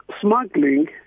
smuggling